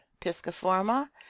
Pisciforma